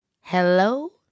Hello